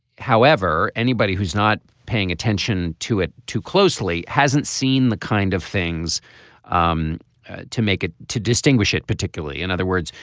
however anybody who's not paying attention to it too closely hasn't seen the kind of things um to make it to distinguish it particularly in other words.